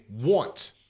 want